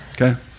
Okay